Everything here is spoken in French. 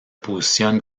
positionne